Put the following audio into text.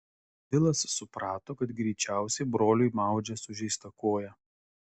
vilas suprato kad greičiausiai broliui maudžia sužeistą koją